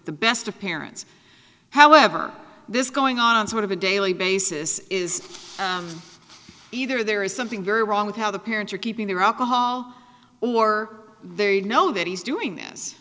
the best of parents however this is going on sort of a daily basis is either there is something very wrong with how the parents are keeping their alcohol or they know that he's doing this